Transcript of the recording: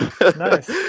Nice